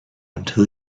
until